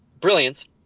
brilliance